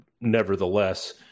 nevertheless